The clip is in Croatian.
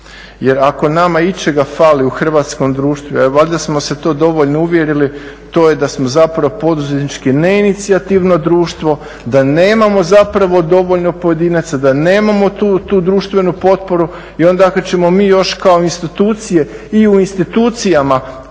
Jer ako nama ičega fali u hrvatskom društvu valjda smo se to dovoljno uvjerili to je da smo zapravo poduzetnički neinicijativno društvo, da nemamo zapravo dovoljno pojedinaca, da nemamo tu društvenu potporu. I onda ako ćemo mi još kao institucije i u institucijama